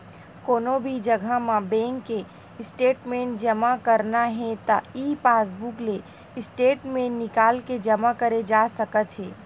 कोनो भी जघा म बेंक के स्टेटमेंट जमा करना हे त ई पासबूक ले स्टेटमेंट निकाल के जमा करे जा सकत हे